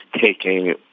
taking